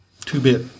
two-bit